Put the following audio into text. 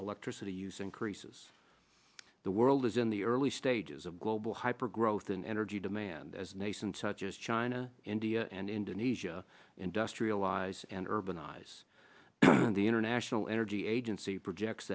electricity use increases the world is in the early stages of global hyper growth in energy demand as nascent such as china india and indonesia industrialised and urbanize in the international energy agency projects